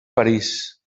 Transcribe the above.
parís